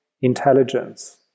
intelligence